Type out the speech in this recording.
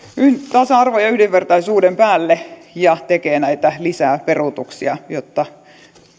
tasa arvon ja yhdenvertaisuuden päälle ja tekee lisää näitä peruutuksia jotta